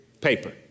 Paper